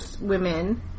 women